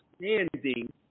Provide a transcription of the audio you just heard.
understanding